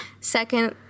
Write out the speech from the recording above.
Second